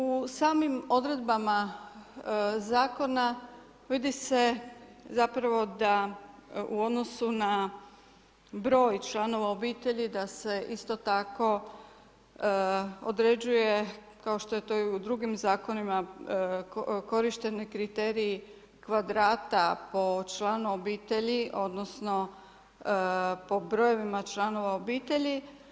U samim odredbama zakona vidi se zapravo da u odnosu na broj članova obitelji da se isto tako određuje kao što je to i u drugim zakonima korišteni kriteriji kvadrata po članu obitelji, odnosno po brojevima članova obitelji.